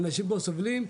אנשים פה סובלים,